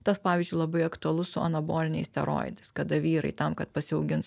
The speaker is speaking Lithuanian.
tas pavyzdžiui labai aktualus su anaboliniais steroidais kada vyrai tam kad pasiaugint